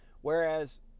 whereas